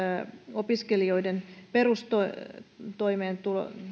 opiskelijoiden perustoimeentulosta